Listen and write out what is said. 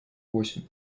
восемь